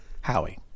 Howie